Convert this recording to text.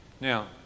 Now